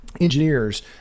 engineers